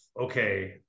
okay